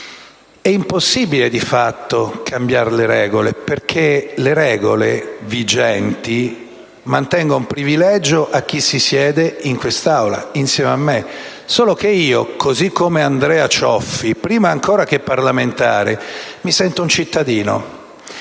è impossibile di fatto cambiar le regole perché quelle vigenti mantengono privilegio a chi si siede in quest'Aula insieme a me. Io però, così come Andrea Cioffi, prima ancora che parlamentare mi sento cittadino